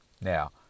now